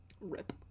Rip